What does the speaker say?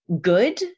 good